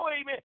amen